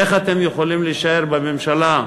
איך אתם יכולים להישאר בממשלה?